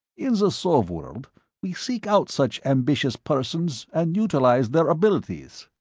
in the sov-world we seek out such ambitious persons and utilize their abilities.